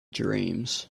dreams